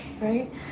right